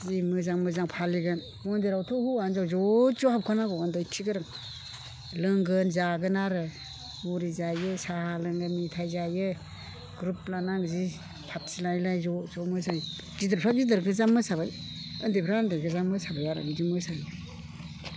जि मोजां मोजां फालिगोन मन्दिरावथ' हौवा हिनजाव ज' ज' हाबखानांगौ उन्दैखि गोरों लोंगोन जागोन आरो मुरि जायो साहा लोङो मेथाय जायो ग्रुप लानानै जि पार्टि लायै लायै ज' ज' मोसायो गिदिरफ्रा गिदिर गोजा मोसाबाय उन्दैफ्रा उन्दैगोजा मोसाबाय आरो बिदि मोसायो